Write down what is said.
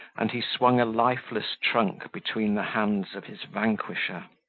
and he swung a lifeless trunk between the hands of his vanquisher.